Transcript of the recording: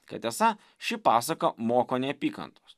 kad esą ši pasaka moko neapykantos